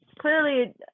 Clearly